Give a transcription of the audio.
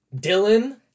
Dylan